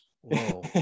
Whoa